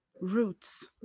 roots